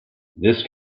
this